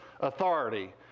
authority